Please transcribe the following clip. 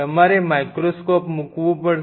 તમારે માઇક્રોસ્કોપ મૂકવું પડશે